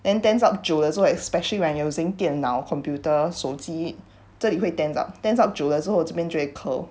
then tense up 久了之后 especially when using 电脑 computer 手机这里会 tense up tense up 久了之后这边就会 curl